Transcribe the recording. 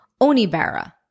Onibara